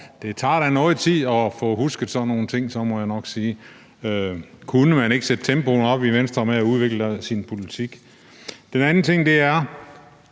Det tager da noget tid at få husket sådan nogle ting, må jeg nok sige. Kunne man ikke sætte tempoet op i Venstre i forhold til at udvikle sin politik? En anden ting er,